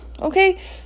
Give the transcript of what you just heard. okay